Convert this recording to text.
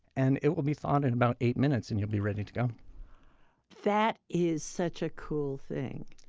and it will be thawed in about eight minutes and you'll be ready to go that is such a cool thing.